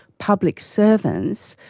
public servants,